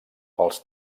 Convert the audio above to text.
pels